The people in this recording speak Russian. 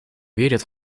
верит